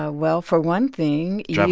ah well, for one thing, you. drive